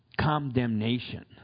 condemnation